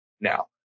now